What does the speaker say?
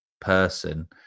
person